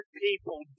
people